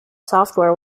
software